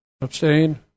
Abstain